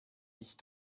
ich